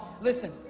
Listen